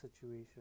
situation